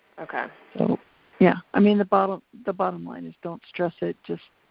okay. so yeah, i mean the bottom the bottom line is don't stress it, just